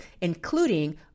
including